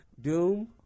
Doom